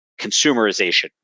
consumerization